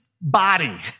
body